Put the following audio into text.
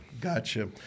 Gotcha